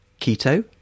keto